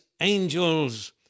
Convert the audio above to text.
angels